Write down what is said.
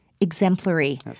exemplary